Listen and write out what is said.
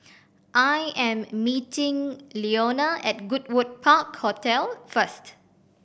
I am meeting Leona at Goodwood Park Hotel first